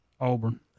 Auburn